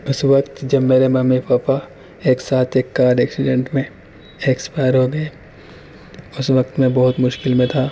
اس وقت جب میرے ممی پاپا ایک ساتھ ایک کار ایکسیڈنٹ میں ایکسپائر ہو گئے اس وقت میں بہت مشکل میں تھا